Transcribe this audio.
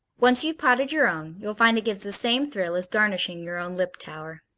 once you've potted your own, you'll find it gives the same thrill as garnishing your own liptauer.